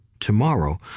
tomorrow